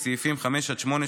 סעיפים 5 8,